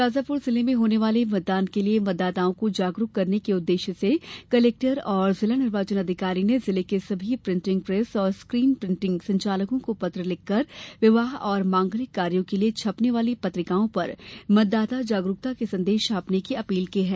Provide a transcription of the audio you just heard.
शाजापुर जिले में होने वाले मतदान के लिये मतदाताओं को जागरूक करने के उद्देश्य से कलेक्टर और जिला निर्वाचन अधिकारी ने जिले के सभी प्रिन्टिंग प्रेस और स्क्रीन प्रिन्टिंग संचालकों को पत्र लिखकर विवाह और मांगलिक कार्यो के लिये छपने वाली पत्रिकाओं पर मतदाता जागरूकता के संदेश छापने की अपील की है